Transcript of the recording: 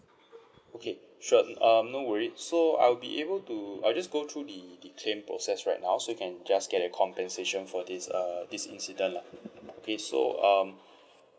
okay sure mm um no worried so I'll be able to I just go through the the claim process right now so you can just get a compensation for this err this incident lah okay so um